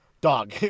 Dog